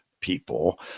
people